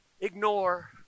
ignore